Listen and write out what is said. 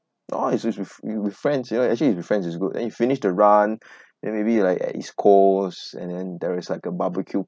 oh it's with with with friends you know actually if you're with friends it's good then you finish the run and maybe like at east coast and then there is like a barbecue